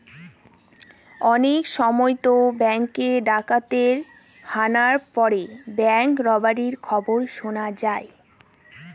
অনেক সময়তো ব্যাঙ্কে ডাকাতের হানা পড়ে ব্যাঙ্ক রবারির খবর শোনা যায়